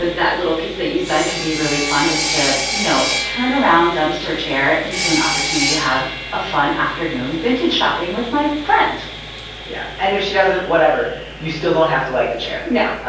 ah that little piece that you signed could be really fun as to you know turned around dumpster chair into an opportunity to have a fun afternoon vintage shopping with my friend yeah and if she doesn't. whatever you still don't have to like the chair. yeah.